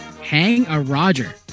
Hang-A-Roger